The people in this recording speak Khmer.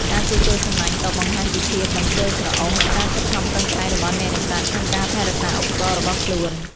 ការជួសជុលសំណាញ់ក៏បង្ហាញពីភាពមិនខ្ជិលច្រអូស និងការខិតខំប្រឹងប្រែងរបស់អ្នកនេសាទក្នុងការថែរក្សាឧបករណ៍របស់ខ្លួន។